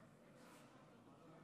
אושרה.